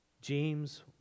James